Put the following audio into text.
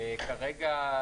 כרגע,